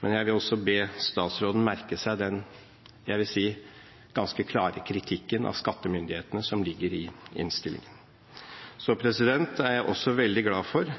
men jeg vil også be statsråden merke seg den – jeg vil si – ganske klare kritikken av skattemyndighetene som ligger i innstillingen. Jeg er også veldig glad for